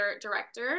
director